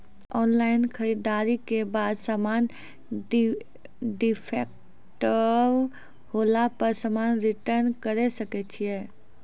Online खरीददारी के बाद समान डिफेक्टिव होला पर समान रिटर्न्स करे सकय छियै?